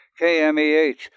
KMEH